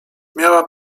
miała